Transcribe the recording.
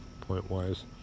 point-wise